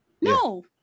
no